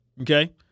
Okay